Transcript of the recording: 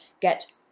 get